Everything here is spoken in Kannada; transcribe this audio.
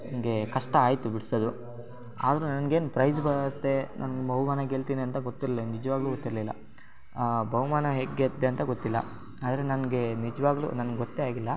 ನನಗೆ ಕಷ್ಟ ಆಯಿತು ಬಿಡ್ಸೋದು ಆದರೂ ನನ್ಗೇನೂ ಪ್ರೈಜ್ ಬರುತ್ತೆ ನಾನು ಬಹುಮಾನ ಗೆಲ್ತೀನಿ ಅಂತ ಗೊತ್ತಿರ್ಲಿಲ್ಲ ನಿಜವಾಗ್ಲೂ ಗೊತ್ತಿರಲಿಲ್ಲ ಬಹುಮಾನ ಹೇಗೆ ಗೆದ್ದೆ ಅಂತ ಗೊತ್ತಿಲ್ಲ ಆದ್ರೆ ನನಗೆ ನಿಜವಾಗ್ಲೂ ನನ್ಗೆ ಗೊತ್ತೇ ಆಗಿಲ್ಲ